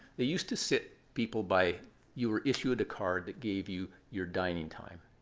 they used to sit people by you were issued a card that gave you your dining time.